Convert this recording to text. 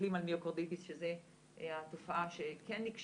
מסתכלים על מיוקרדיטיס שזו התופעה שכן נקשרת,